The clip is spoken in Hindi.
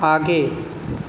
आगे